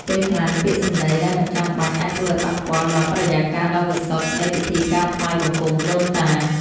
ពេលខ្លះពាក្យសម្ដីដែលមិនចាំបាច់អាចធ្វើឱ្យប៉ះពាល់ដល់បរិយាកាសដ៏វិសុទ្ធនៃពិធីការថ្វាយបង្គំដូនតា។